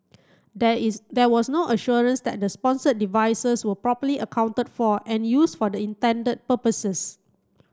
there is there was no assurance that the sponsored devices were properly accounted for and used for the intended purposes